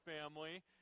family